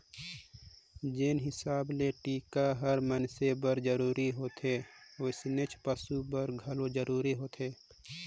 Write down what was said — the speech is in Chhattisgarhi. जेन हिसाब ले टिका हर मइनसे बर जरूरी होथे वइसनेच पसु बर घलो जरूरी होथे